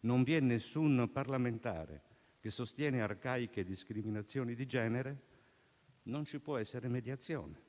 non vi è alcun parlamentare che sostiene arcaiche discriminazioni di genere, non ci può essere mediazione.